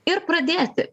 ir pradėti